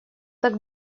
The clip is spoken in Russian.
так